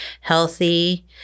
healthy